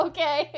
Okay